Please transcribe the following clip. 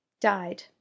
died